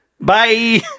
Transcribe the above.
Bye